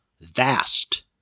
Vast